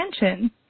attention